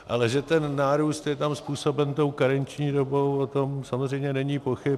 Ale že ten nárůst je tam způsoben karenční dobou, o tom samozřejmě není pochyb.